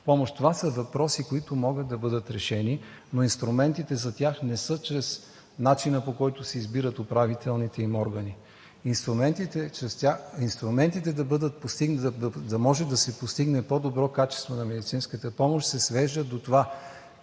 Това са въпроси, които могат да бъдат решени, но инструментите за тях не са чрез начина, по който се избират управителните им органи. Инструментите да може да се постигне по-добро качество на медицинската помощ се свеждат до това